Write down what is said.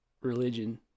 religion